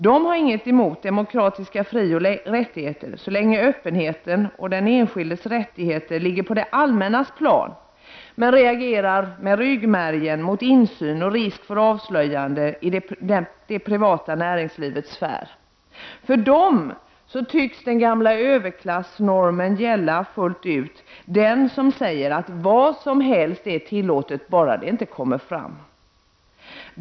De har inget emot demokratiska frioch rättigheter så länge öppenheten och den enskildes rättigheter ligger på det allmännas plan, men de reagerar med ryggmärgen mot insyn och risk för avslöjanden i det privata näringslivets sfär. För dem tycks den gamla överklassnormen gälla fullt ut, dvs. den som säger att vad som helst är tillåtet bara det inte kommer fram.